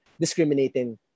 discriminating